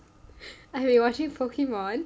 I have been watching Pokemon